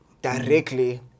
directly